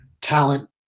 talent